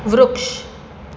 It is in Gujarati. વૃક્ષ